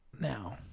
Now